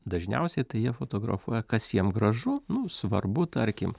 dažniausiai tai jie fotografuoja kas jiem gražu nu svarbu tarkim